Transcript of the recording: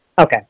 Okay